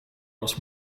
was